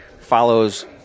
follows